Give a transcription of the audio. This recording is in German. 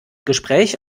gespräch